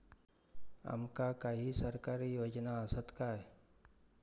आमका काही सरकारी योजना आसत काय?